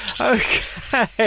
okay